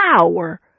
power